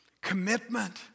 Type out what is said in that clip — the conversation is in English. commitment